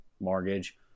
mortgage